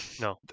No